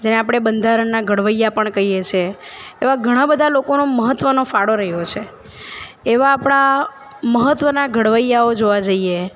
જેને આપણે બંધારણના ઘડવૈયા પણ કહી છીએ એવાં ઘણાં બધાં લોકોનો મહત્વનો ફાળો રહ્યો છે એવાં આપણા મહત્વના ઘડવૈયાઓ જોવા જઈએ